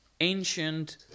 ancient